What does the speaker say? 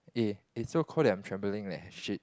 eh it's so cold that I'm trembling leh shit